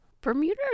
Bermuda